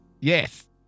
yes